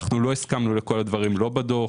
לא הסכמנו לכל הדברים, לא בדוח